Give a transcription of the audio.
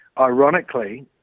ironically